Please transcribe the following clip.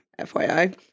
FYI